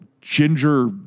ginger